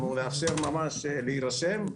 אנחנו נאפשר ממש להירשם,